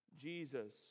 Jesus